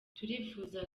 turifuza